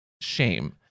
shame